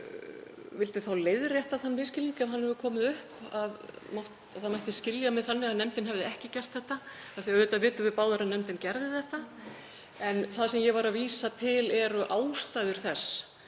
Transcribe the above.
Ég vildi þá leiðrétta þann misskilning, ef hann hefur komið upp, að það mætti skilja mig þannig að nefndin hefði ekki gert þetta. Auðvitað vitum við báðar að nefndin gerði þetta. Það sem ég var að vísa til eru ástæður þess